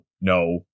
no